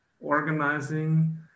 organizing